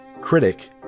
Critic